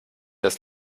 das